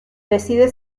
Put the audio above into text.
decide